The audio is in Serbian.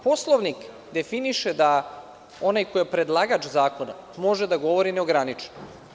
Poslovnik definiše da onaj ko je predlagač zakona može da govori neograničeno.